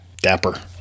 Dapper